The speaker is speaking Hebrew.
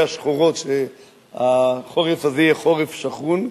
השחורות שהחורף הזה יהיה חורף שחון,